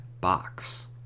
box